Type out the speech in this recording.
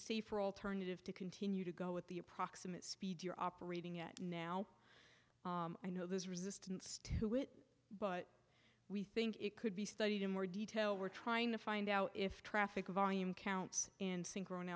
safer alternative to continue to go with the approximate speed you're operating at now i know there's resistance to it but we think it could be studied in more detail we're trying to find out if traffic volume counts in sync grown